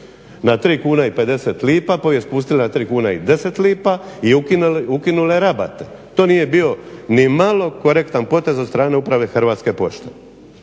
usluge na 3,50 kn pa ju je spustila na 3,10 kn i ukinula je rabate. To nije bio nimalo korektan potez od strane Uprave Hrvatske pošte.